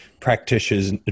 practitioners